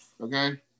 Okay